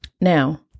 Now